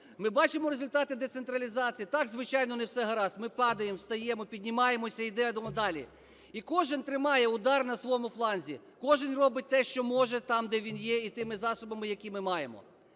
Ми бачимо результати децентралізації. Так, звичайно, не все гаразд, ми падаємо, встаємо, піднімаємося і йдемо далі, і кожен тримає удар на своєму фланзі, кожен робить те, що може там, де він є і тими засобами, які ми маємо.